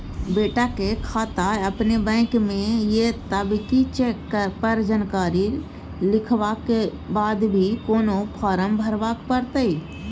बेटा के खाता अपने बैंक में ये तब की चेक पर जानकारी लिखवा के बाद भी कोनो फारम भरबाक परतै?